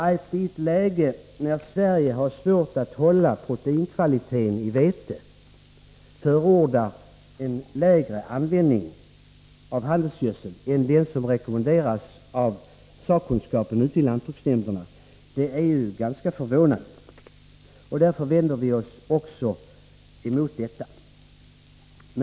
Att i ett läge då Sverige har svårt att hålla proteinkvaliteten i vete förorda en lägre användning av handelsgödsel än vad som rekomenderats av sakkunniga i lantbruksnämnderna är ganska förvånande. Därför vänder vi oss emot detta förslag.